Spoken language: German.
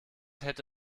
hätte